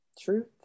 Truth